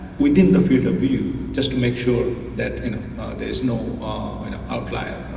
within the field of view, just to make sure that there's no outlier.